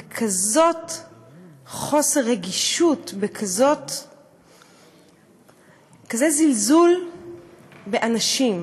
בכזה חוסר רגישות, בכזה זלזול באנשים.